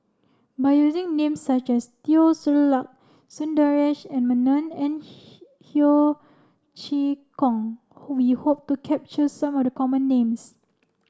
by using names such as Teo Ser Luck Sundaresh Menon and Ho Chee Kong we hope to capture some of the common names